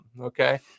okay